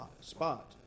spot